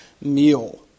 meal